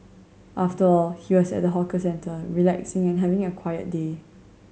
after all he was at a hawker centre relaxing and having a quiet day